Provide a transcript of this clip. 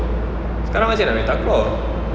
sekarang macam mana nak main takraw